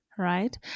Right